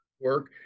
work